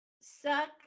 Suck